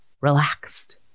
Relaxed